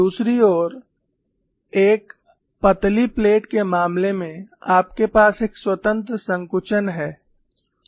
दूसरी ओर एक पतली प्लेट के मामले में आपके पास एक स्वतंत्र संकुचन है